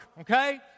okay